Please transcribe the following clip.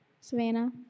Savannah